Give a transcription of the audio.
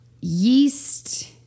yeast